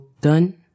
done